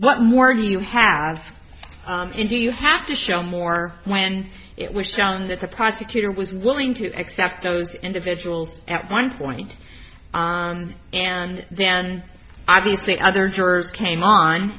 what more do you have in do you have to show more when it was found that the prosecutor was willing to accept those individuals at one point and then obviously other jurors came on